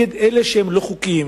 הוא נגד אלה שהם לא חוקיים,